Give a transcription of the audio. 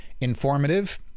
informative